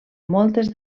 moltes